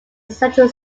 central